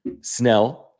Snell